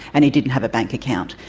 and he didn't have a bank account.